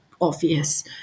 obvious